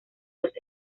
los